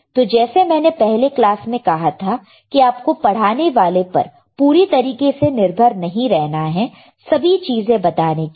तो जैसे मैंने अपने पहले क्लास में कहा था कि आप को पढ़ाने वाले पर पूरी तरीके से निर्भर नहीं रहना है सभी चीजे बताने के लिए